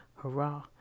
hurrah